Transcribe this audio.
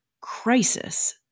crisis